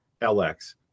LX